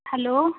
hello